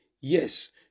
yes